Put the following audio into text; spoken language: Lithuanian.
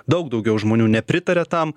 daug daugiau žmonių nepritaria tam